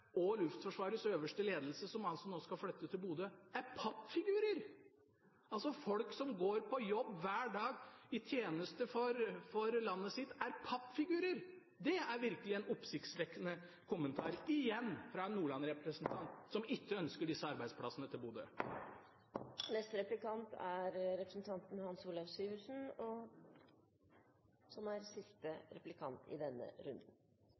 og Luftforsvarets øverste ledelse som nå skal flytte til Bodø, er pappfigurer. Altså – folk som går på jobb hver dag i tjeneste for landet sitt, er pappfigurer. Det er virkelig en oppsiktsvekkende kommentar – igjen fra en representant fra Nordland som ikke ønsker disse arbeidsplassene til Bodø. Det er interessant at i den grad opposisjonen ikke er